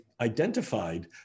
identified